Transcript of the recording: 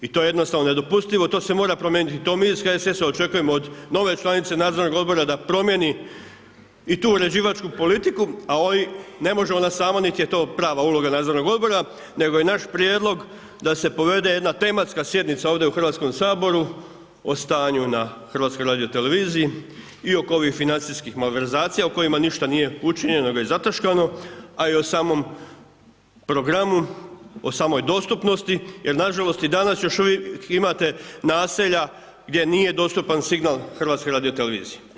I to je jednostavno nedopustivo i to se mora promijeniti, to mi iz HSS-a očekujemo od nove članice nadzornog odbora da promjeni i tu uređivačku politiku a ovo ne može ona sama niti je to prava uloga nadzornog odbora, nego je naš prijedlog da se provede jedna tematska sjednica u Hrvatskom saboru o stanju na HRT-u i oko ovih financijskih malverzacija o kojima ništa nije učinjeno već zataškano, a i samom programu, o samoj dostupnosti, jer nažalost i danas još uvijek imate naselja gdje nije dostupan signal HRT-a.